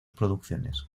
producciones